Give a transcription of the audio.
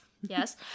yes